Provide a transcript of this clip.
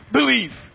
Believe